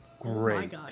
Great